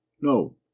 No